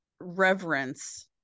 reverence